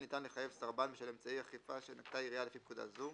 ניתן לחייב סרבן בשל אמצעי אכיפה שנקטה עיריה לפי פקודה זו,